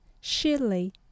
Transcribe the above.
Shirley